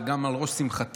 וגם על ראש שמחתי,